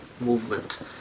movement